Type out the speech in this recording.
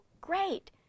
great